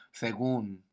según